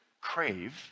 crave